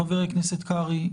חבר הכנסת קרעי,